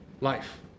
life